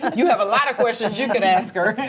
you have a lot of questions you could ask her.